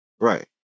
right